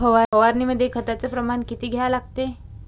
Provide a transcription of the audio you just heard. फवारनीमंदी खताचं प्रमान किती घ्या लागते?